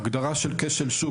ההגדרה של כשל שוק,